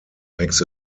makes